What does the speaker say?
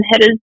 headers